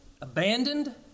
abandoned